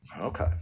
Okay